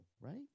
right